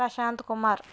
Prashanth Kumar